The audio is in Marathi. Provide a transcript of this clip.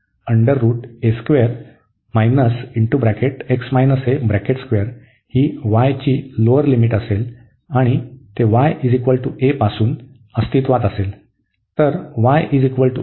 तर ते y असेल ही y ची लोअर लिमिट असेल आणि ते ya पासून अस्तित्वात असेल